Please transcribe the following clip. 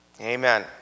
Amen